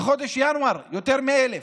בחודש ינואר, יותר מ-1,000.